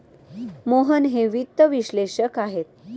मोहन हे वित्त विश्लेषक आहेत